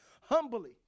humbly